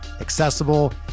accessible